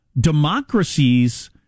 democracies